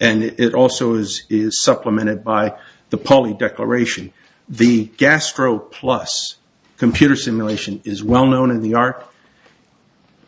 and it also has is supplemented by the public declaration the gastro plus computer simulation is well known in the r